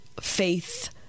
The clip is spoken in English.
faith